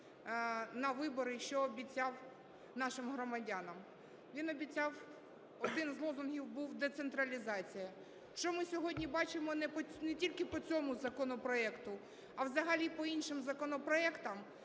на вибори, і що обіцяв нашим громадянам. Він обіцяв, один з лозунгів був: "Децентралізація". Що ми сьогодні бачимо не тільки по цьому законопроекту, а взагалі по інших законопроектах,